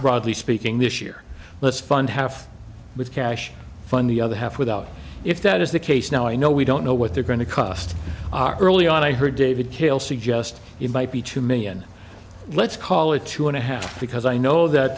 broadly speaking this year let's fund half with cash fund the other half without if that is the case now i know we don't know what they're going to cost early on i heard david kill suggest it might be two million let's call it two and a half because i know that